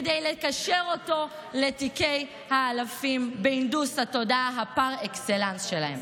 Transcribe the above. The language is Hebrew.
כדי לקשר אותו לתיקי האלפים בהנדוס התודעה הפר-אקסלנס שלהם.